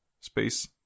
space